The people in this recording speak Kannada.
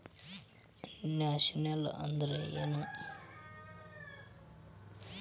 ಇನ್ಶೂರೆನ್ಸ್ ಅಂದ್ರ ಏನು?